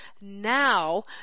now